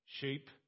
sheep